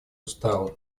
уставом